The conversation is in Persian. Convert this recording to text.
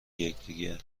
یکدیگر